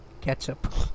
ketchup